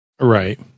Right